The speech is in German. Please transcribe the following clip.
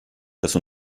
das